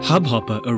Hubhopper